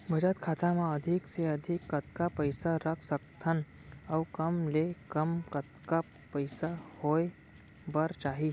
बचत खाता मा अधिक ले अधिक कतका पइसा रख सकथन अऊ कम ले कम कतका पइसा होय बर चाही?